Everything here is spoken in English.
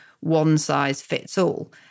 one-size-fits-all